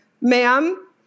ma'am